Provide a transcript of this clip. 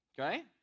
Okay